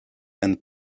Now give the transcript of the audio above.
and